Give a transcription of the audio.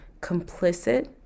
complicit